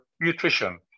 nutrition